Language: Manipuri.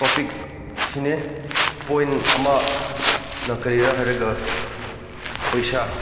ꯇꯣꯄꯤꯛ ꯁꯤꯅꯦ ꯄꯣꯏꯟ ꯑꯃꯅ ꯀꯔꯤꯔ ꯍꯥꯏꯔꯒ ꯄꯩꯁꯥ